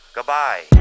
Goodbye